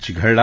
चिघळला